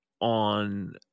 on